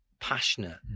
Passionate